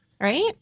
Right